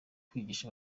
kwigisha